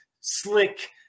slick